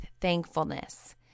thankfulness